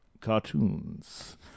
cartoons